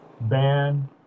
ban